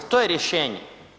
To je rješenje.